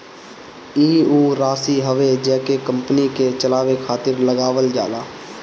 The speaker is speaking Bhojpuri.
ई ऊ राशी हवे जेके कंपनी के चलावे खातिर लगावल जाला